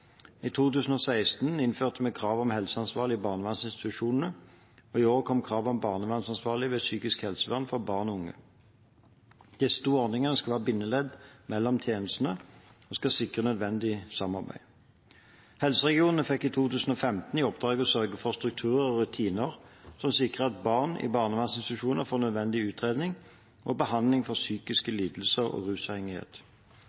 I 2016 innførte vi krav om helseansvarlig i barnevernsinstitusjoner, og i år kom krav om barnevernsansvarlig ved psykisk helsevern for barn og unge. Disse to ordningene skal være bindeledd mellom tjenestene og sikre nødvendig samarbeid. Helseregionene fikk i 2015 i oppdrag å sørge for strukturer og rutiner som sikrer at barn i barnevernsinstitusjoner får nødvendig utredning og behandling for psykiske